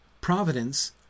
Providence